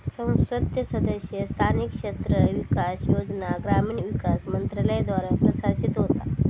संसद सदस्य स्थानिक क्षेत्र विकास योजना ग्रामीण विकास मंत्रालयाद्वारा प्रशासित होता